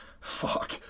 Fuck